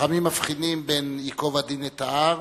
חכמים מבחינים בין ייקוב הדין את ההר